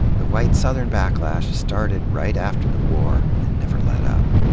the white southern backlash started right after the war and never let up.